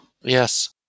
Yes